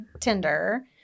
Tinder